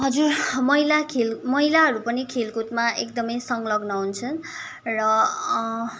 हजुर महिला खेल महिलाहरू पनि खेलकुदमा एकदमै संग्लग्न हुन्छन् र